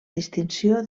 distinció